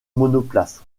monoplace